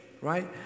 right